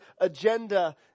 agenda